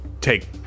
take